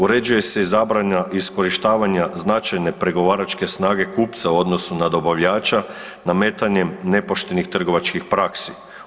Uređuje se i zabrana iskorištavanja značajne pregovaračke snage kupca u odnosu na dobavljača, nametanjem nepoštenih trgovačkih praksi.